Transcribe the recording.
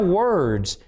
words